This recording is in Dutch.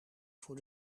voor